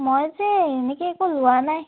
মই যে এনেকৈ একো লোৱা নাই